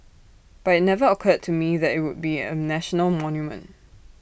but IT never occurred to me that IT would be A national monument